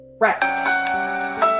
Right